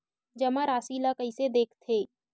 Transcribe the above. जमा राशि ला कइसे देखथे?